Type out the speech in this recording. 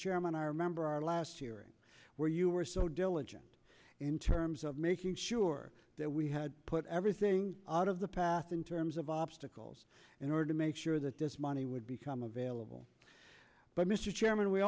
chairman i remember our last hearing where you were so diligent in terms of making sure that we had put everything out of the path in terms of obstacles in order to make sure that this money would become available but mr chairman we